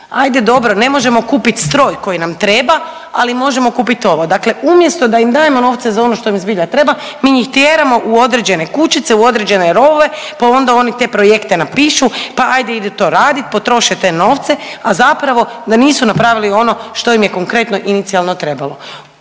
ajde dobro, ne možemo kupiti stroj koji nam treba, ali možemo kupit ovo, dakle umjesto da im dajemo novce za ono što im zbilja treba, mi njih tjeramo u određene kućice, u određene rovove pa onda oni te projekte napišu, pa ajde ide to radit, potroše te novce, a zapravo da nisu napravili ono što im je konkretno inicijalno trebalo.